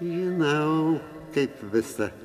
žinau kaip visa